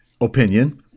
opinion